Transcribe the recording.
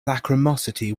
lachrymosity